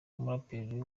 umuraperi